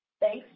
thanks